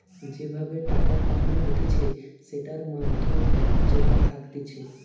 যে ভাবে টাকা পাঠানো হতিছে সেটার মাধ্যম যেটা থাকতিছে